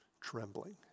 trembling